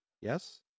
Yes